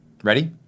Ready